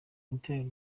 itorero